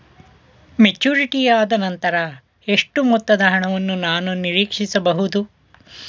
Maturity ಆದನಂತರ ಎಷ್ಟು ಮೊತ್ತದ ಹಣವನ್ನು ನಾನು ನೀರೀಕ್ಷಿಸ ಬಹುದು?